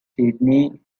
sydney